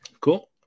Cool